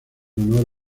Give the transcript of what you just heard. honor